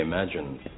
Imagine